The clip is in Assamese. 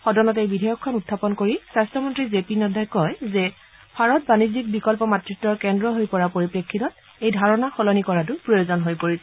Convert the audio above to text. সদনত এই বিধেয়কখন উখাপন কৰি স্বাস্থ্য মন্ত্ৰী জে পি নাদাই কয় যে ভাৰত বাণিজ্যিক বিকল্প মাতৃত্বৰ কেন্দ্ৰ হৈ পৰাৰ পৰিপ্ৰেক্ষিতত এই ধাৰণা সলনি কৰাতো প্ৰয়োজন হৈ পৰিছে